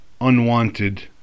unwanted